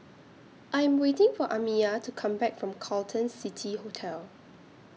I Am waiting For Amiah to Come Back from Carlton City Hotel